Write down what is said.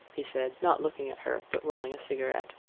he said, not looking at her, but rolling a cigarette.